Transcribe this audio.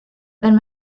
wenn